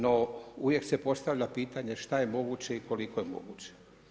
No uvijek se postavlja pitanje šta je moguće i koliko je moguće.